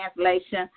Translation